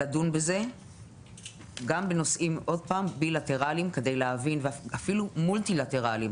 לדון בזה גם בנושאים בילטרליים ואפילו מולטילטרליים,